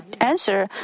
answer